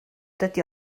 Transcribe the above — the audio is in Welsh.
dydy